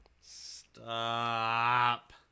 stop